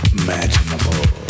imaginable